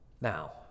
Now